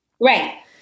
Right